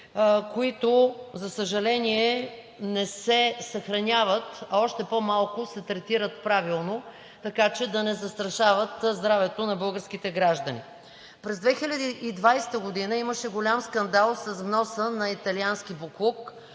които, за съжаление, не се съхраняват, а още по-малко се третират правилно, така че да не застрашават здравето на българските граждани. През 2020 г. имаше голям скандал с вноса на италиански боклук,